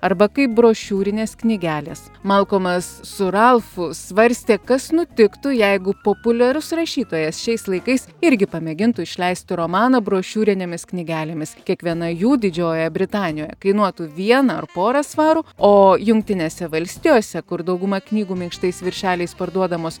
arba kaip brošiūrinės knygelės malkolmas su ralfu svarstė kas nutiktų jeigu populiarus rašytojas šiais laikais irgi pamėgintų išleisti romaną brošiūrinėmis knygelėmis kiekviena jų didžiojoje britanijoje kainuotų vieną ar porą svarų o jungtinėse valstijose kur dauguma knygų minkštais viršeliais parduodamos